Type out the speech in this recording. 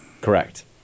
Correct